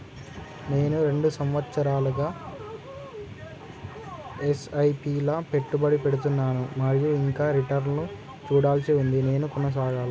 నేను రెండు సంవత్సరాలుగా ల ఎస్.ఐ.పి లా పెట్టుబడి పెడుతున్నాను మరియు ఇంకా రిటర్న్ లు చూడాల్సి ఉంది నేను కొనసాగాలా?